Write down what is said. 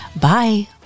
Bye